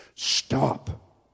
Stop